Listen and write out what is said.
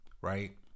right